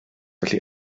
felly